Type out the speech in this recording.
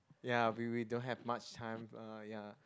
ya we we don't have much time uh ya